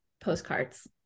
postcards